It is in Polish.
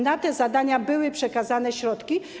Na te zadania zostały przekazane środki.